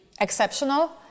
exceptional